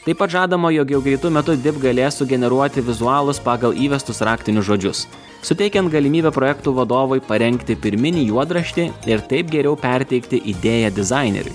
taip pat žadama jog jau greitu metu dip galės sugeneruoti vizualus pagal įvestus raktinius žodžius suteikiant galimybę projektų vadovui parengti pirminį juodraštį ir taip geriau perteikti idėją dizaineriui